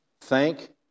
thank